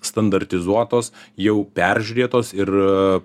standartizuotos jau peržiūrėtos ir